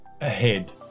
ahead